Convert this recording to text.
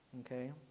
Okay